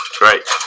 Right